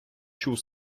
чув